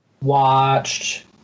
Watched